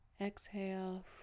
Exhale